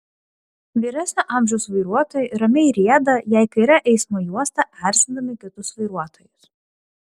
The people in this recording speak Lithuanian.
vyresnio amžiaus vairuotojai ramiai rieda jei kaire eismo juosta erzindami kitus vairuotojus